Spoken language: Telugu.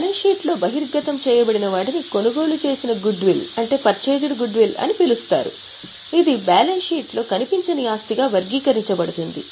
బ్యాలెన్స్ షీట్లో బహిర్గతం చేయబడిన వాటిని కొనుగోలు చేసిన గుడ్విల్ అని పిలుస్తారు ఇది బ్యాలెన్స్ షీట్లో కనిపించని ఆస్తిగా వర్గీకరించబడుతుంది